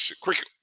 Cricket